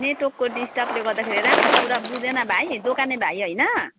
नेटवर्कको डिस्टर्बले गर्दाखेरि राम्रो कुरा बुझेन भाइ दोकाने भाइ होइन